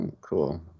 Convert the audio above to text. Cool